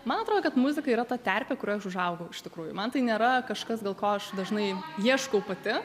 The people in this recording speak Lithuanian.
man atrodo kad muzika yra ta terpė kurioj aš užaugau iš tikrųjų man tai nėra kažkas dėl ko aš dažnai ieškau pati